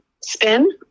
spin